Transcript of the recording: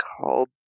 called